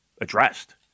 addressed